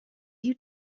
you